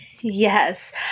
Yes